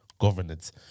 governance